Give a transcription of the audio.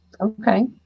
okay